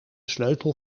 sleutel